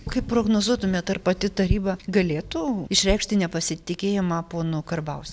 kaip prognozuotumėt ar pati taryba galėtų išreikšti nepasitikėjimą ponu karbaus